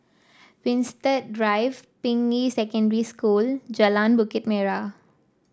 Winstedt Drive Ping Yi Secondary School Jalan Bukit Merah